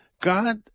God